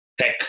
tech